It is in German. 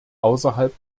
außerhalb